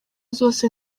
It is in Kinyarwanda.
zose